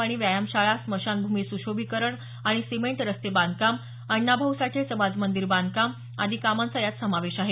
वाणी व्यायाम शाळा स्मशानभूमी सुशोभीकरण आणि सिमेंट रस्ते बांधकाम अण्णाभाऊ साठे समाज मंदीर बांधकाम आदी कामांचा यात समावेश आहे